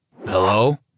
Hello